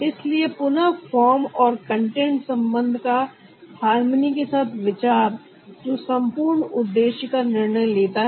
इसलिए पुनः फॉर्म और कंटेंट संबंध का हार्मनी के साथ विचार जो संपूर्ण उद्देश्य का निर्णय लेता है